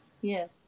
Yes